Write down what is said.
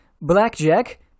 Blackjack